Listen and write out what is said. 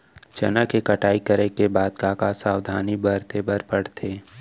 चना के कटाई करे के बाद का का सावधानी बरते बर परथे?